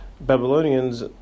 Babylonians